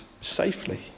safely